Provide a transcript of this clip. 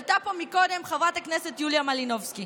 עלתה פה קודם חברת הכנסת יוליה מלינובסקי